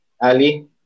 Ali